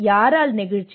யாரால் நெகிழ்ச்சி